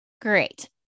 Great